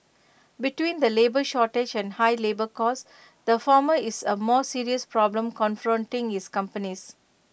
between the labour shortage and high labour costs the former is A more serious problem confronting his companies